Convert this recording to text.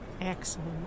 Excellent